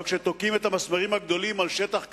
אבל כשתוקעים את המסמרים הגדולים על שטח קטן,